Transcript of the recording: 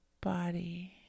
body